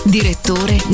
Direttore